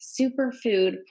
superfood